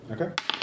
okay